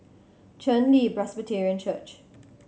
Chen Li Presbyterian Church